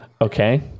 Okay